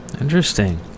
Interesting